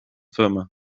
firma